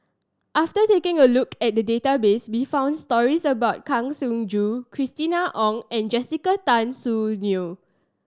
after taking a look at the database we found stories about Kang Siong Joo Christina Ong and Jessica Tan Soon Neo